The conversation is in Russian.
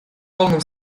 полном